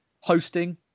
hosting